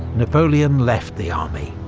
napoleon left the army,